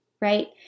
right